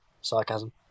sarcasm